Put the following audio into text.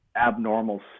abnormal